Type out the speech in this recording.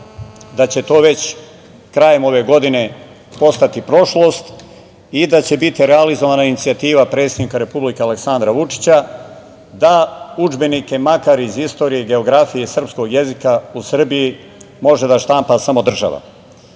da će to već krajem ove godine postati prošlost i da će biti realizovana inicijativa predsednika Republike Aleksandra Vučića da udžbenike makar iz istorije i geografije, srpskog jezika u Srbiji može da štampa samo država,